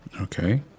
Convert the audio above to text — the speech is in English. Okay